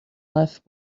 left